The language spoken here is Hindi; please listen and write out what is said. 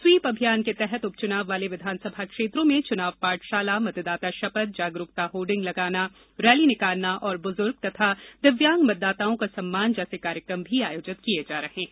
स्वीप अभियान के तहत उपच्चनाव वाले विधानसभा क्षेत्रों में च्चनाव पाठशाला मतदाता शपथ जागरुकता होर्डिंग लगाना रैली निकालना और बुजुर्ग व दिव्यांग मतदाताओं का सम्मान जैसे कार्यक्रम भी आयोजित किए जा रहे हैं